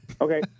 Okay